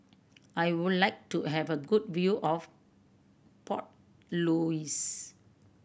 I would like to have a good view of Port Louis